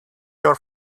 your